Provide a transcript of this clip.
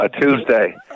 Tuesday